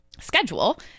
schedule